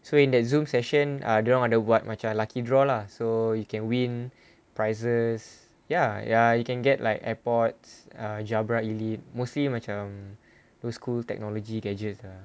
so in that zoom session dia orang ada buat macam lucky draw lah so you can win prizes ya ya you can get like airpods err jabra elite mostly macam those school technology gadgets lah